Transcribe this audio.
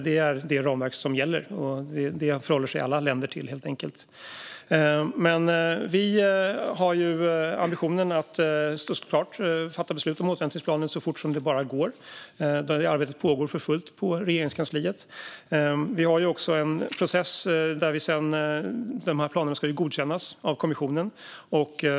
Det är det ramverk som gäller, och det förhåller sig alla länder till. Vi har såklart ambitionen att fatta beslut om återhämtningsplanen så fort det bara går. Det arbetet pågår för fullt på Regeringskansliet. Vi har sedan en process där dessa planer ska godkännas av kommissionen.